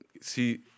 see